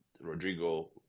Rodrigo